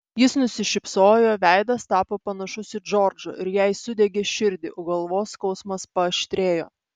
jis nusišypsojo veidas tapo panašus į džordžo ir jai sudiegė širdį o galvos skausmas paaštrėjo